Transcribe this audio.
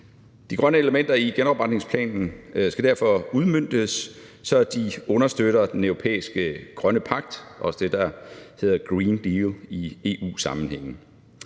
De grønne elementer i genopretningsplanen skal derfor udmøntes, så de understøtter den europæiske grønne pagt – også det, der hedder green deal i EU-sammenhænge.